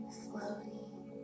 floating